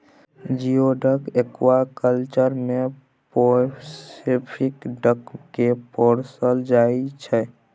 geoduck aquaculture मे Pacific duck केँ पोसल जाइ छै